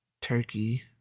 turkey